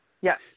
Yes